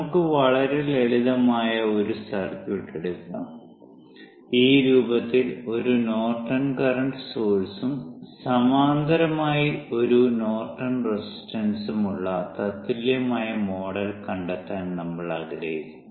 നമുക്ക് വളരെ ലളിതമായ ഒരു സർക്യൂട്ട് എടുക്കാം ഈ രൂപത്തിൽ ഒരു നോർട്ടൺ കറന്റ് സോഴ്സും സമാന്തരമായി ഒരു നോർട്ടൺ റെസിസ്റ്റൻസും ഉള്ള തത്തുല്യമായ മോഡൽ കണ്ടെത്താൻ നമ്മൾ ആഗ്രഹിക്കുന്നു